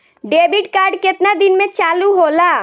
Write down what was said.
Debit card केतना दिन में चालु होला?